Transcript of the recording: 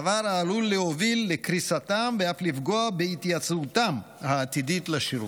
דבר העלול להוביל לקריסתם ואף לפגוע בהתייצבותם העתידית לשירות.